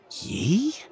Yee